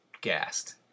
gassed